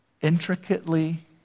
intricately